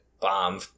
bomb